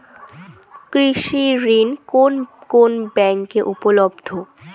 কৃষি ঋণ কোন কোন ব্যাংকে উপলব্ধ?